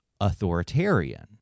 authoritarian